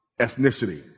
ethnicity